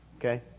Okay